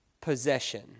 Possession